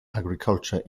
agriculture